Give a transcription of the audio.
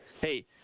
Hey